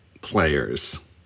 players